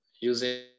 using